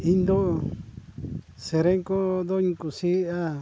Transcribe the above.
ᱤᱧᱫᱚ ᱥᱮᱨᱮᱧ ᱠᱚᱫᱚᱧ ᱠᱩᱥᱤᱭᱟᱜᱼᱟ